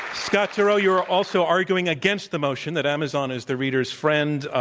scott turow, you are also arguing against the motion that amazon is the reader's friend.